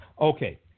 Okay